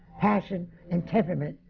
passion, and temperament,